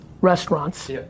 Restaurants